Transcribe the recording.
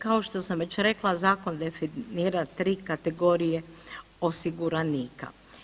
Kao što sam već rekla zakon definira 3 kategorije osiguranika.